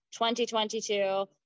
2022